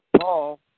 Paul